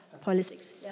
politics